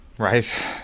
Right